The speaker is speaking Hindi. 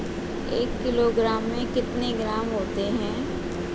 एक किलोग्राम में कितने ग्राम होते हैं?